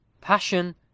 Passion